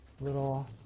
little